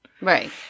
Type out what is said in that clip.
Right